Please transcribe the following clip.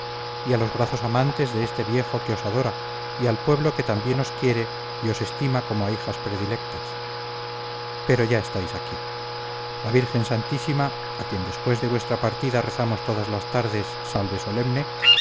a los brazos amantes de este viejo que os adora y al pueblo que también os quiere y os estima como a hijas predilectas pero ya estáis aquí la virgen santísima a quien después de vuestra partida rezamos todas las tardes salve solemne